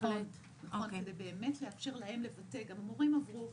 בהחלט, גם המורים עברו